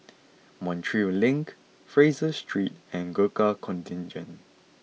Montreal Link Fraser Street and Gurkha Contingent